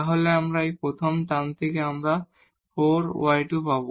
তাহলে এই প্রথম টার্ম থেকে আমরা এই 4 x2− y2 পাব